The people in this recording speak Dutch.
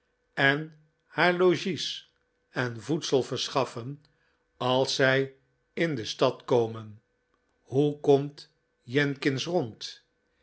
en haar logies en voedsel verschaffen als zij in de stad komen hoe komt jenkins rond